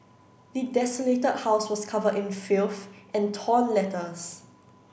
the desolated house was covered in filth and torn letters